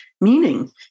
meaning